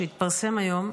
שהתפרסם היום,